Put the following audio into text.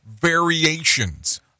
variations